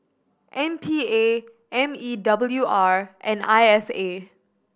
M P A M E W R and I S A